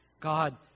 God